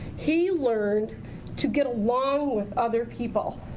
he learned to get along with other people.